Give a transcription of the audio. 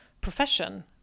profession